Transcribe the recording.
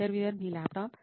interviewer మీ laptop